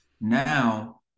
now